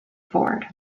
forward